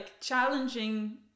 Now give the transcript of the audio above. challenging